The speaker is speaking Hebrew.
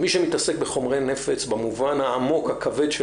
מי שמתעסק בחומרי נפץ במובן העמוק והכבד של